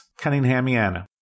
Cunninghamiana